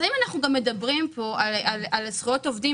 אז אם אנחנו מדברים פה על זכויות עובדים,